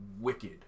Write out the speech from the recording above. wicked